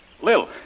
Lil